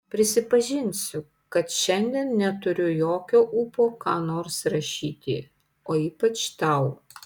prisipažinsiu kad šiandien neturiu jokio ūpo ką nors rašyti o ypač tau